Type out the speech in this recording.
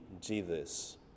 Jesus